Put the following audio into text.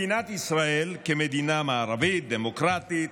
מדינת ישראל כמדינה מערבית, דמוקרטית,